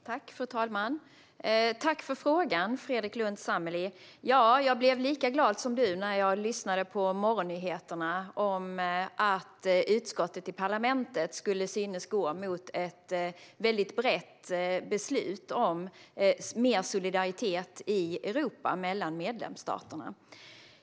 Fru talman! Tack för frågan, Fredrik Lundh Sammeli! Jag blev lika glad som du när jag hörde på morgonnyheterna att utskottet i parlamentet syntes gå mot ett väldigt brett beslut om mer solidaritet mellan medlemsstaterna i Europa.